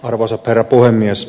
arvoisa herra puhemies